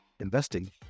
investing